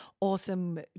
awesome